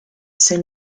saint